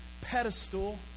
pedestal